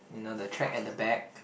you know the track at the back